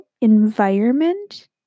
environment